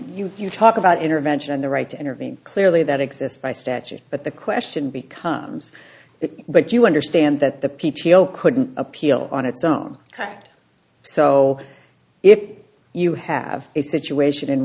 you you talk about intervention and the right to intervene clearly that exists by statute but the question becomes it but you understand that the p t o couldn't appeal on its own act so if you have a situation in